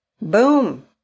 Boom